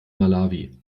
malawi